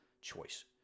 choice